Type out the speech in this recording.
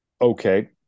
okay